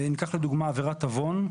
ניקח לדוגמה עבירת עוון,